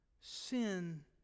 sin